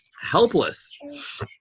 helpless